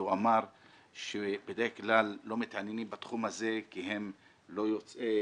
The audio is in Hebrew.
והוא אמר שבדרך כלל לא מתעניינים בתחום הזה כי הם לא יוצאי